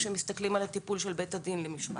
כשמסתכלים על משך הטיפול של בית הדין למשמעת.